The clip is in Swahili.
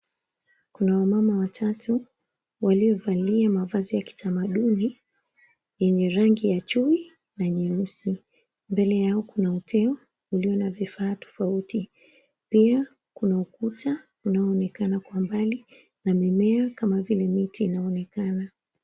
Kuna wamama watatu waliovalia mavazi ya kitamaduni yenye rangi ya chui na nyeusi. Mbele yao na uteo ulio na vifaa tofauti. Pia kuna ukuta unaoonekana kwa mbali, na mimea kama vile miti inaonekana.